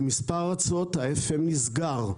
במספר ארצות ה-FM נסגר.